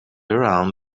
around